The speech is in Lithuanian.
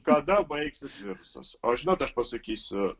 kada baigsis virusas o žinot aš pasakysiu